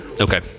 Okay